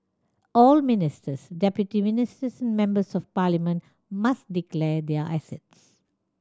all ministers deputy ministers and members of parliament must declare their assets